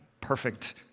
perfect